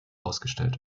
ausgestellt